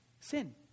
Sin